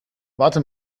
warte